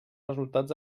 resultats